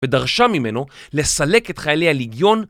ודרשה ממנו לסלק את חיילי הליגיון